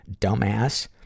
dumbass